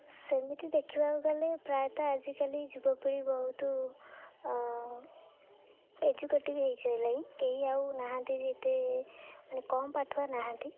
ସେମିତି ଦେଖିବାକୁ ଗଲେ ପ୍ରାୟତଃ ଆଜିକାଲି ଯୁବପିଢ଼ି ବହୁତ ଏଜୁକେଟିଭ୍ ହୋଇସାରିଲେଣି କେହି ଆଉ ନାହାନ୍ତି ଯେତେ ମାନେ କମ୍ ପାଠୁଆ ନାହାନ୍ତି